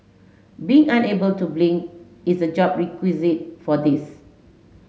being unable to blink is a job requisite for this